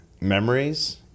memories